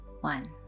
one